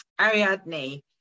Ariadne